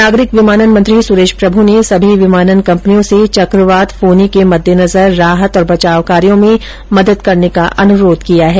नागरिक विमानन मंत्री सुरेश प्रभु ने सभी विमानन कंपनियों से चक्रवात फोनी के मद्देनजर राहत और बचाव कार्यों में मदद करने का अनुरोध किया है